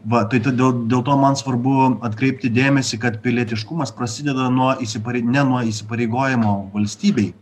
va tai todėl dėl to man svarbu atkreipti dėmesį kad pilietiškumas prasideda nuo įsiparei ne nuo įsipareigojimo valstybei